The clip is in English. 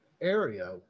area